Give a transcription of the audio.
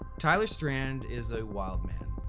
tyler strand is a wild man.